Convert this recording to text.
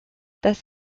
das